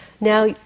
Now